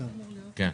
בסדר גמור.